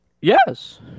Yes